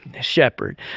shepherd